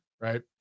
right